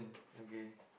okay